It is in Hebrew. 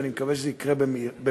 ואני מקווה שזה יקרה במהרה.